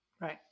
Right